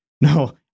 no